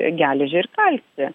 geležį ir kalcį